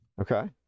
Okay